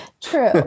true